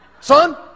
Son